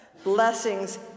blessings